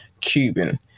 Cuban